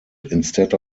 instead